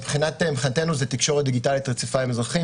מבחינתנו זה תקשורת דיגיטלית רציפה עם אזרחים,